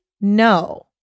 No